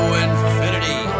infinity